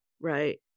Right